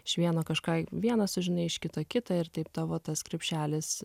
iš vieno kažką vieną sužinai iš kito kitą ir taip tavo tas krepšelis